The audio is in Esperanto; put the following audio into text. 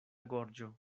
gorĝo